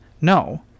No